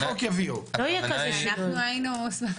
בגלל זה עשינו את הפיצול,